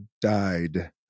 died